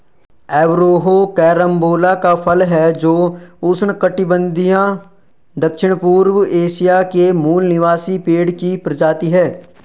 Averrhoa carambola का फल है जो उष्णकटिबंधीय दक्षिणपूर्व एशिया के मूल निवासी पेड़ की प्रजाति है